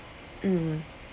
mm